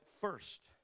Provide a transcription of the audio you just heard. first